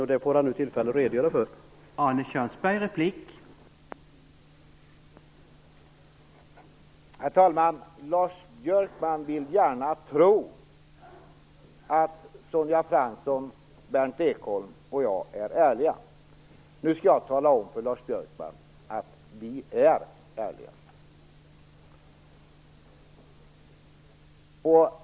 Arne Kjörnsberg får nu tillfälle att redogöra för det.